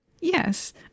yes